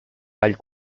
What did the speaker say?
ball